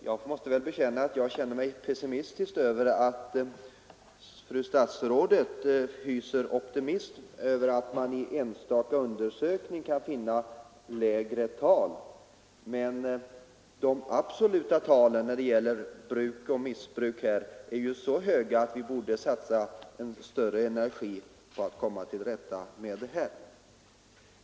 Jag måste medge att jag känner mig pessimistisk över att fru statsrådet hyser optimism därför att man i enstaka undersökningar kan finna lägre tal. Men de absoluta talen när det gäller bruk och missbruk här är så höga att vi borde satsa mera energi på att komma till rätta med saken.